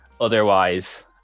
otherwise